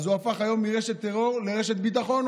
אז היום הוא הפך אותם מרשת טרור לרשת ביטחון.